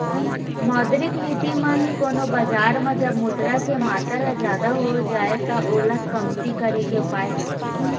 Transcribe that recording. मौद्रिक नीति म ही कोनो बजार म जब मुद्रा के मातर ह जादा हो जाय त ओला कमती करे के उपाय करथे